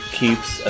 keeps